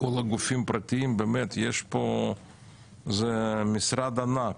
כל הגופים הפרטיים, באמת זה משרד ענק.